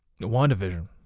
WandaVision